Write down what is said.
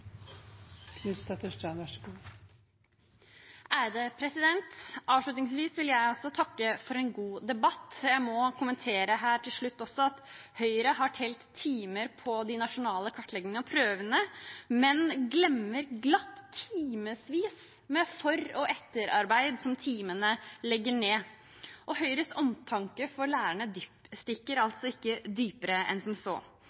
Avslutningsvis vil jeg også takke for en god debatt. Jeg må kommentere her til slutt også at Høyre har telt timer på de nasjonale kartleggingene og prøvene, men glemmer glatt timevis med for- og etterarbeid som legges ned i tillegg til de timene. Høyres omtanke for lærerne stikker altså ikke dypere enn som så.